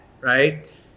right